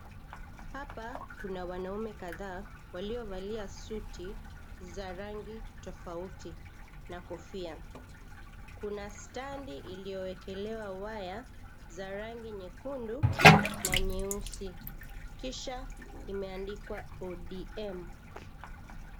Hapa kuna wanaume kadhaa waliovalia suti za rangi tofauti na kofia. Kuna standi ilioekelewa waya za rangi nyekundu na nyeusi kisha imeandikwa ODM.